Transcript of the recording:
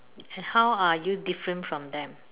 how are you different from them